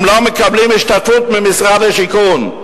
הם לא מקבלים השתתפות ממשרד השיכון.